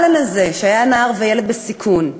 אלן הזה, שהיה ילד ונער בסיכון,